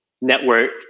Network